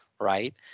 right